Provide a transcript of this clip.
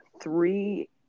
three